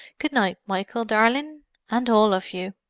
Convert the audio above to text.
good-night, michael, darling and all of you.